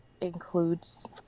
includes